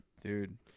Dude